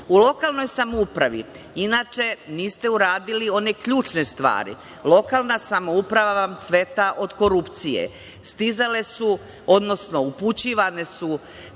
lokalnoj samoupravi, inače, niste uradili one ključne stvari. Lokalna samouprava vam cveta od korupcije. Stizale su, odnosno upućivane su